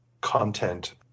content